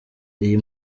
iyi